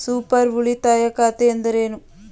Super ಉಳಿತಾಯ ಖಾತೆ ಎಂದರೇನು?